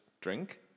drink